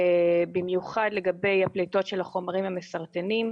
במיוחד לגבי פליטות החומרים המסרטנים.